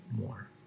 more